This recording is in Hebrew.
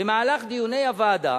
במהלך דיוני הוועדה